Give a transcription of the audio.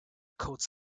coats